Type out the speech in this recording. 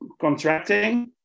contracting